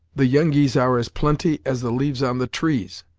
the yengeese are as plenty as the leaves on the trees!